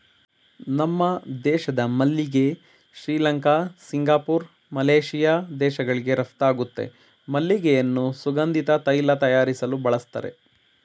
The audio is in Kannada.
ನಮ್ಮ ದೇಶದ ಮಲ್ಲಿಗೆ ಶ್ರೀಲಂಕಾ ಸಿಂಗಪೂರ್ ಮಲೇಶಿಯಾ ದೇಶಗಳಿಗೆ ರಫ್ತಾಗುತ್ತೆ ಮಲ್ಲಿಗೆಯನ್ನು ಸುಗಂಧಿತ ತೈಲ ತಯಾರಿಸಲು ಬಳಸ್ತರೆ